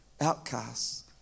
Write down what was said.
outcasts